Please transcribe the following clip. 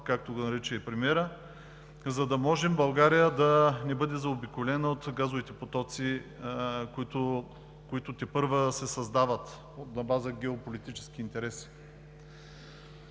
както го нарича и премиерът, за да може България да не бъде заобиколена от газовите потоци, които тепърва се създават на база геополитически интереси.